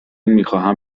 میخواهم